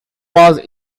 was